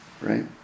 Right